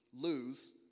lose